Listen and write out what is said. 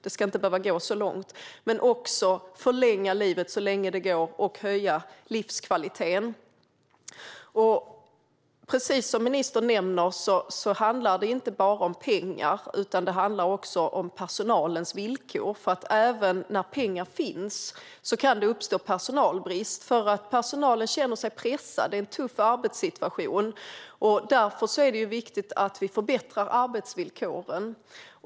Det ska inte behöva gå så långt. Men det handlar också om att förlänga livet så länge det går och höja livskvaliteten. Precis som ministern nämner handlar det inte bara om pengar utan också om personalens villkor. Även när pengar finns kan det uppstå personalbrist. Personalen känner sig pressad. Det är en tuff arbetssituation. Därför är det viktigt att vi förbättrar arbetsvillkoren.